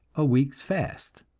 a week's fast.